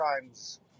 times